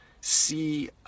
see